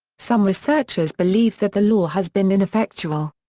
some researchers believe that the law has been ineffectual.